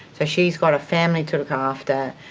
she's got a family to look after,